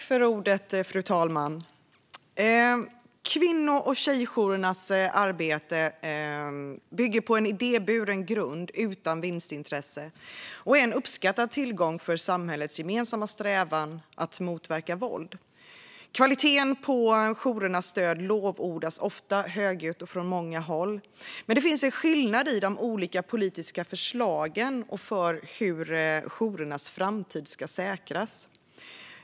Fru talman! Kvinno och tjejjourernas arbete bygger på en idéburen grund utan vinstintresse och är en uppskattad tillgång för samhällets gemensamma strävan att motverka våld. Kvaliteten på jourernas stöd lovordas ofta högljutt och från många håll. Men det finns en skillnad i de olika politiska förslagen för hur jourernas framtid ska säkras.